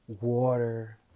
water